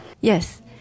Yes